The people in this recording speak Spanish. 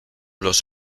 los